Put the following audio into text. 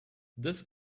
this